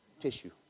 tissue